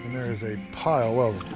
there is a pile of